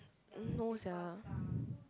no sia